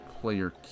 player